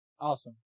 Awesome